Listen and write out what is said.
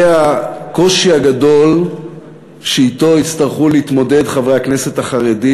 זה הקושי הגדול שאתו יצטרכו להתמודד חברי הכנסת החרדים,